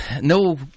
No